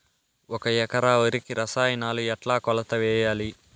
ఒక ఎకరా వరికి రసాయనాలు ఎట్లా కొలత వేయాలి?